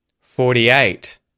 Forty-eight